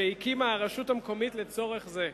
שהקימה הרשות המקומית לצורך זה.